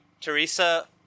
Teresa